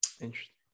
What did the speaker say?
Interesting